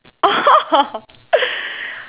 oh